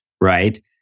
right